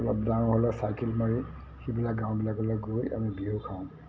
অলপ ডাঙৰ হ'লে চাইকেল মাৰি সেইবিলাক গাঁওবিলাকলৈ গৈ আমি বিহু খাওঁ